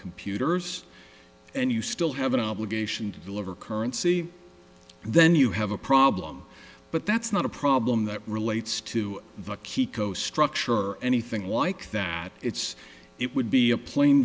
computers and you still have an obligation to deliver currency then you have a problem but that's not a problem that relates to the kiko structure or anything like that it's it would be a plain